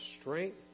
strength